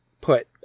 put